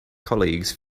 colleagues